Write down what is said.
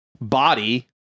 body